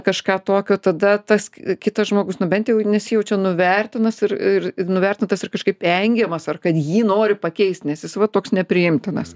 kažką tokio tada tas kitas žmogus nu bent jau nesijaučia nuvertinas ir nuvertintas ir kažkaip engiamas ar kad jį nori pakeist nes jis va toks nepriimtinas